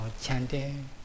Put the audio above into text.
chanting